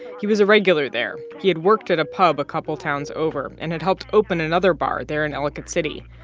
he was a regular there. he had worked at a pub a couple towns over and had helped open another bar there in ellicott city.